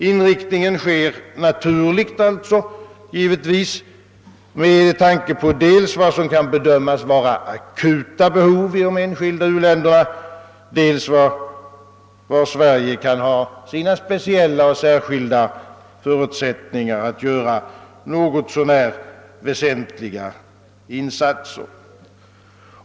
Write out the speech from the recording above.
Inriktningen sker alltså naturligt, givetvis, med tanke på dels vad som kan bedömas vara akuta behov i de enskilda u-länderna, dels var Sverige kan ha sina speciella och särskilda förutsättningar att göra något så när väsentliga insatser.